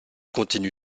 continue